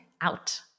out